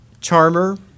charmer